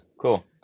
Cool